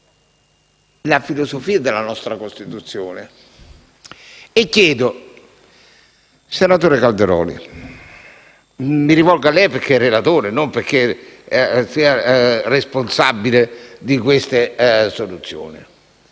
la filosofia della nostra Costituzione. Senatore Calderoli - mi rivolgo a lei perché è relatore e non perché è responsabile di queste soluzioni